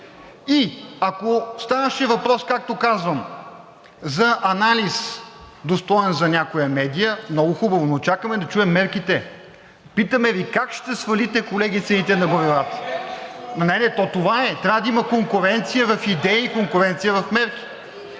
И ако ставаше въпрос, както казвам за анализ, достоен за някоя медия – много хубаво, но чакаме да чуем мерките. Питаме Ви: как ще свалите, колеги, цените на горивата? Не, не, то това е, трябва да има конкуренция в идеи, конкуренция в мерки.